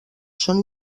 són